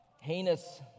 heinous